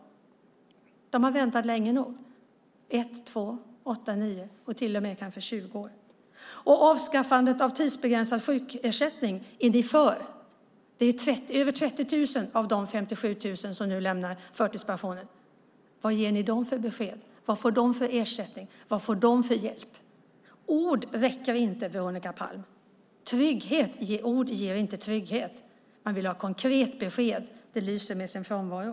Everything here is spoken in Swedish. De här personerna har väntat länge nog - de har väntat i ett, två, åtta, nio och kanske till och med tjugo år. Avskaffandet av en tidsbegränsad sjukersättning är ni för. Det är över 30 000 personer av de 57 000 som nu lämnar förtidspensionen. Vilket besked ger ni dem? Vilken ersättning får de? Vilken hjälp får de? Ord räcker inte, Veronica Palm! Ord ger inte trygghet. Man vill ha ett konkret besked, men ett sådant lyser med sin frånvaro.